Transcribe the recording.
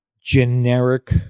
generic